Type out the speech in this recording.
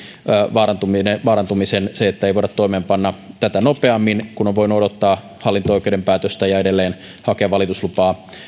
vaarantumisen vaarantumisen kun ei voida toimeenpanna tätä nopeammin kun on voinut odottaa hallinto oikeuden päätöstä ja edelleen hakea valituslupaa